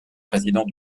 président